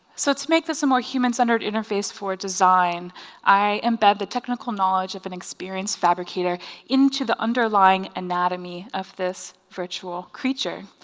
so make this a more human-centered interface for design i embed the technical knowledge of an experienced fabricator into the underlying anatomy of this virtual creature.